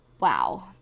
wow